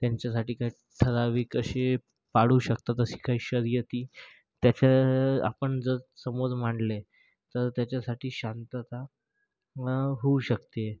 त्यांच्यासाठी काही ठराविक असे पाडू शकता असे काही शर्यती त्याच्या आपण जर समोर मांडले तर त्याच्यासाठी शांतता होऊ शकते